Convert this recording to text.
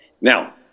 Now